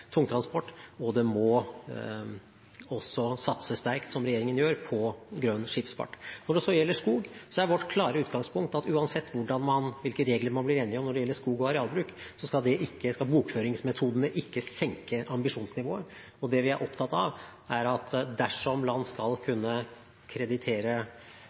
tungtransport, og det må også satses sterkt – som regjeringen gjør – på grønn skipsfart. Når det gjelder skog, er vårt klare utgangspunkt at uansett hvilke regler man blir enig om når det gjelder skog og arealbruk, skal bokføringsmetodene ikke senke ambisjonsnivået. Det vi er opptatt av, er at dersom land skal kunne kreditere